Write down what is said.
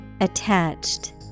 Attached